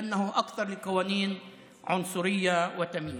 כי אלו החוקים הכי גזעניים ומפלים.)